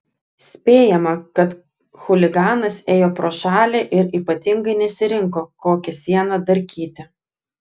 spėjama kad chuliganas ėjo pro šalį ir ypatingai nesirinko kokią sieną darkyti